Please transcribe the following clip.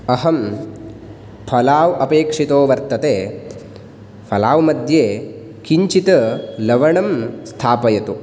अहं फलाव् अपेक्षितो वर्तते फ़लाव् मध्ये किञ्चित् लवणं स्थापयतु